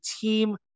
team